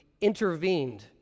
intervened